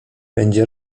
będzie